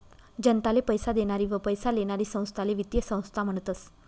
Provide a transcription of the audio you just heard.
जनताले पैसा देनारी व पैसा लेनारी संस्थाले वित्तीय संस्था म्हनतस